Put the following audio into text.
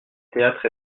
théâtre